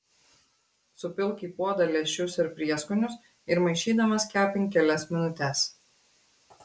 supilk į puodą lęšius ir prieskonius ir maišydamas kepink kelias minutes